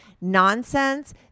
nonsense